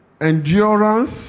endurance